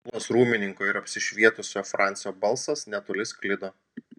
plonas rūmininko ir apsišvietusio francio balsas netoli sklido